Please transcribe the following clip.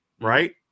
right